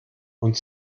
und